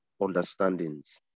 Understandings